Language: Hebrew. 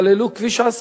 סללו כביש אספלט.